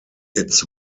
its